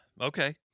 Okay